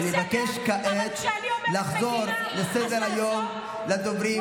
אבל כשאני עומדת ומגינה אז לעצור?